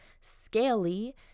scaly